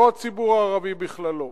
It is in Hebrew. לא הציבור הערבי בכללו,